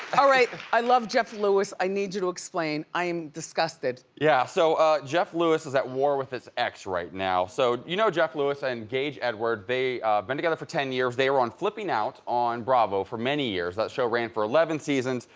all right. i love jeff lewis i need you to explain, i am disgusted. yeah so ah jeff lewis is at war with his ex right now. so you know jeff lewis and gage edward, they've been together for ten years. they were on flipping out on bravo for many years. that show ran for seven seasons.